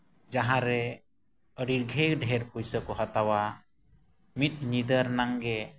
ᱡᱟᱦᱟᱸ ᱨᱮ ᱟᱹᱰᱤ ᱰᱷᱮᱹᱨ ᱰᱷᱮᱹᱨ ᱯᱩᱭᱥᱟᱹ ᱠᱚ ᱦᱟᱛᱟᱣᱟ ᱢᱤᱫ ᱧᱤᱫᱟᱹ ᱨᱮᱜᱟᱜ ᱜᱮ